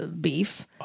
beef